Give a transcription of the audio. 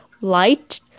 light